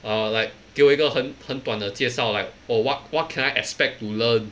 err like 给我一个很很短的介绍 like oh what what can I expect to learn